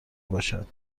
باشد